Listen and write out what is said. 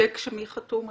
צ'ק שמי חתום עליו?